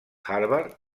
harvard